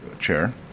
chair